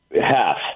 half